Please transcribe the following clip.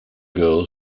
girl